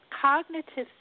cognitive